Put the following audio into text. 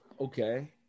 Okay